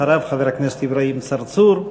אחריו, חבר הכנסת אברהים צרצור,